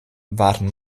waren